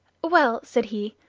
well, said he,